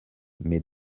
mes